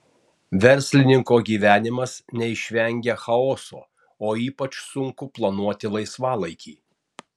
verslininko gyvenimas neišvengia chaoso o ypač sunku planuoti laisvalaikį